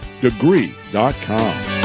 Degree.com